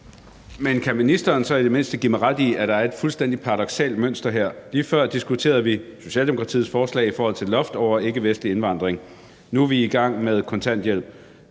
Men kan ministeren så i det mindste give mig ret i, at der er et fuldstændig paradoksalt mønster her? Lige før diskuterede vi Socialdemokratiets forslag om et loft over ikkevestlig indvandring, nu er vi i gang med et forslag